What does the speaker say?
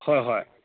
ꯍꯣꯏ ꯍꯣꯏ